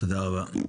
תודה רבה.